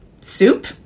soup